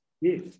Yes